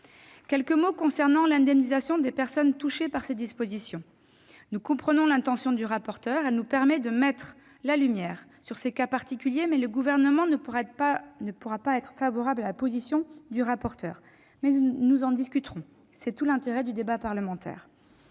ce qui concerne l'indemnisation des personnes touchées par ces dispositions, nous comprenons l'intention du rapporteur, qui permet de mettre en lumière ces cas particuliers, mais le Gouvernement ne pourra pas être favorable à sa position. Nous en discuterons- c'est tout l'intérêt du débat parlementaire.